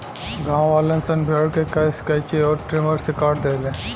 गांववालन सन भेड़ के केश कैची अउर ट्रिमर से काट देले